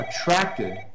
attracted